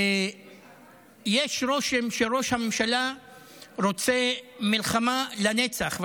ויש רושם שראש הממשלה רוצה מלחמה לנצח,